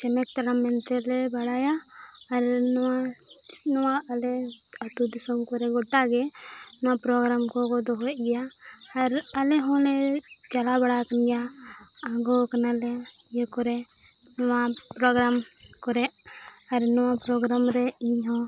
ᱪᱷᱮᱢᱮᱠ ᱛᱟᱲᱟᱢ ᱢᱮᱱᱛᱮ ᱞᱮ ᱵᱟᱲᱟᱭᱟ ᱟᱨ ᱱᱚᱣᱟ ᱱᱚᱣᱟ ᱟᱞᱮ ᱟᱛᱳᱼᱫᱤᱥᱚᱢ ᱠᱚᱨᱮ ᱜᱚᱴᱟ ᱜᱮ ᱱᱚᱣᱟ ᱠᱚᱠᱚ ᱫᱚᱦᱚᱭᱮᱫ ᱜᱮᱭᱟ ᱟᱨ ᱟᱞᱮ ᱦᱚᱸᱞᱮ ᱪᱟᱞᱟᱣ ᱵᱟᱲᱟᱣ ᱟᱠᱟᱱ ᱜᱮᱭᱟ ᱟᱲᱜᱚᱣ ᱟᱠᱟᱱᱟᱞᱮ ᱤᱭᱟᱹ ᱠᱚᱨᱮ ᱱᱚᱣᱟ ᱠᱚᱨᱮ ᱟᱨ ᱱᱚᱣᱟ ᱨᱮ ᱤᱧᱦᱚᱸ